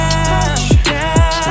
Touchdown